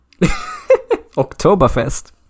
Oktoberfest